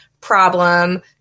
problem